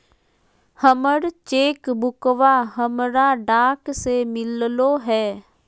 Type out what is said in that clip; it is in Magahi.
हमर चेक बुकवा हमरा डाक से मिललो हे